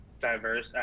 diverse